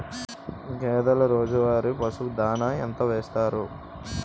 గేదెల రోజువారి పశువు దాణాఎంత వేస్తారు?